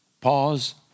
Pause